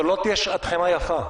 וזאת לא תהיה שעתכם היפה.